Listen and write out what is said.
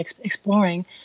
exploring